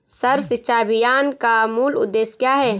सर्व शिक्षा अभियान का मूल उद्देश्य क्या है?